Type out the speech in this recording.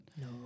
No